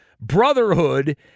brotherhood